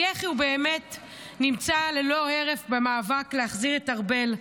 כי יחי באמת נמצא ללא הרף במאבק להחזיר את ארבל,